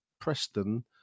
Preston